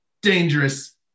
dangerous